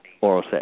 oral